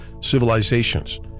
civilizations